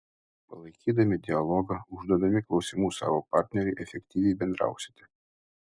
palaikydami dialogą užduodami klausimų savo partneriui efektyviai bendrausite